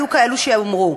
היו כאלה שאמרו.